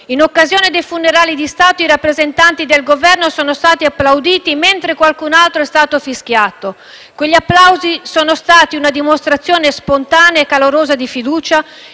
In occasione dei funerali di Stato i rappresentanti del Governo sono stati applauditi, mentre qualcun altro è stato fischiato. Quegli applausi sono stati una dimostrazione spontanea e calorosa di fiducia